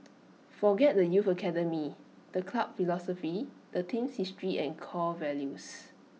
forget the youth academy the club philosophy the team's history and core values